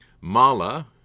Mala